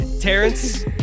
Terrence